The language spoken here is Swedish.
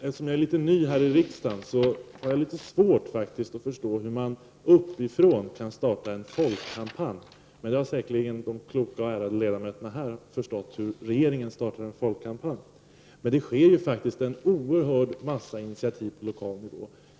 Eftersom jag är ganska ny här i riksdagen har jag litet svårt att förstå hur man så att säga uppifrån kan starta en folkkampanj. Men hur regeringen skall starta en folkkampanj har säkerligen de kloka och ärade ledamöterna här förstått. Det tas faktiskt en oerhörd mängd initiativ på lokal nivå.